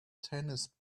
tennis